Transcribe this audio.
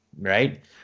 right